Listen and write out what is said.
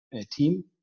team